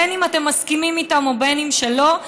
בין שאתם מסכימים להן ובין שלא,